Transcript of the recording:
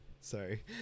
sorry